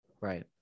Right